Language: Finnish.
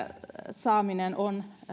saaminen on